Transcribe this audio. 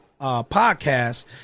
podcast